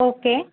okay